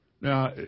Now